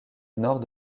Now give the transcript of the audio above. nord